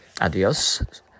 adios